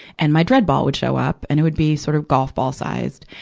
and my dread ball would show up, and it would be sort of golf ball-sized.